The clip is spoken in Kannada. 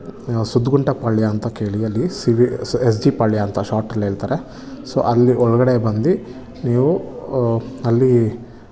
ಸುದ್ಗುಂಟ ಪಾಳ್ಯ ಅಂತ ಕೇಳಿ ಅಲ್ಲಿ C V S G Palya ಅಂತ ಶಾರ್ಟಲ್ಲಿ ಹೇಳ್ತಾರೆ ಸೊ ಅಲ್ಲಿ ಒಳಗಡೆ ಬಂದು ನೀವು ಅಲ್ಲಿ